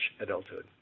adulthood